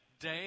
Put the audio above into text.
day